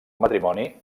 matrimoni